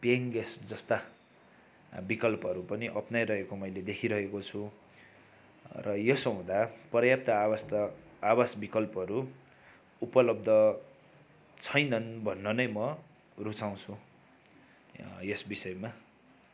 paying guest जस्ता विकल्पहरू पनि अप्नाइरहेको मैले देखिरहेको छु र यसो हुँदा पर्याप्त आवास त आवास विकल्पहरू उपलब्ध छैनन् भन्न नै म रुचाउँछु यस विषयमा